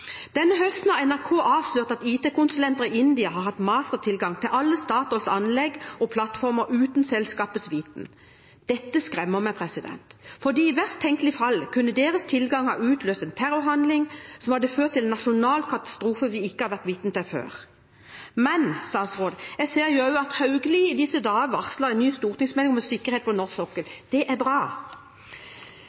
Denne høsten har NRK avslørt at IT-konsulenter i India har hatt mastertilgang til alle Statoils anlegg og plattformer uten selskapets viten. Dette skremmer meg, for i verst tenkelige fall kunne deres tilgang ha utløst en terrorhandling som hadde ført til en nasjonal katastrofe vi ikke har vært vitne til før. Men jeg ser også at statsråd Hauglie i disse dager varsler en ny stortingsmelding om sikkerhet på norsk sokkel. Det er bra.